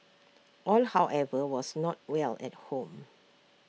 all however was not well at home